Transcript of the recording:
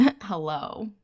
hello